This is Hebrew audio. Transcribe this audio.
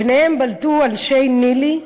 בלטו ביניהם אנשי ניל"י,